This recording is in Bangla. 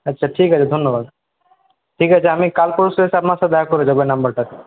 আচ্ছা ঠিক আছে ধন্যবাদ ঠিক আছে আমি কাল পরশু এসে আপনার সাথে দেখা করে যাবো এই নম্বরটাতে